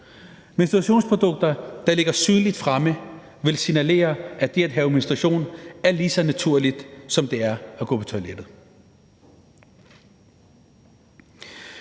Menstruationsprodukter, der ligger synligt fremme, vil signalere, at det at have menstruation er lige så naturligt, som det er at gå på toilettet.